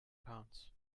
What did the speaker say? pounds